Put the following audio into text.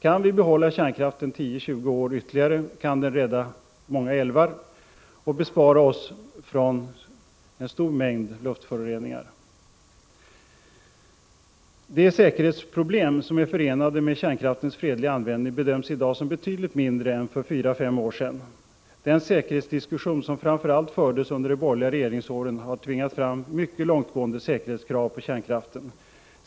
Kan vi behålla kärnkraften 10-20 år ytterligare, kan den rädda många älvar och bespara oss en stor mängd luftföroreningar. De säkerhetsproblem som är förenade med kärnkraftens fredliga användning bedöms i dag som betydligt mindre än för fyra fem år sedan. Den säkerhetsdiskussion som framför allt fördes under de borgerliga regeringsåren har tvingat fram mycket långtgående säkerhetskrav på kärnkraften.